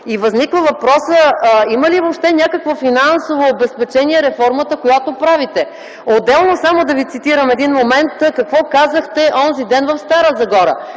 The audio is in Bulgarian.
И възниква въпросът: има ли въобще някакво финансово обезпечение реформата, която правите? Отделно само да Ви цитирам един момент - какво казахте онзи ден в Стара Загора: